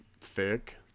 thick